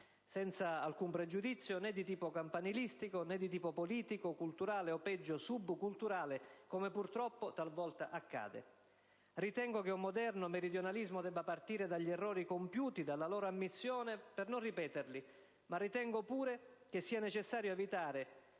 senza alcun pregiudizio né di tipo campanilistico, né di tipo politico, culturale, o peggio subculturale, come purtroppo talvolta accade. Ritengo che un moderno meridionalismo debba partire dagli errori compiuti, dalla loro ammissione, per non ripeterli, ma ritengo pure sia necessario evitare